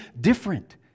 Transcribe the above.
different